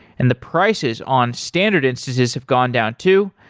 and the prices on standard instances have gone down too.